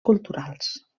culturals